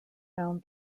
found